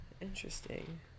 Interesting